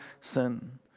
sin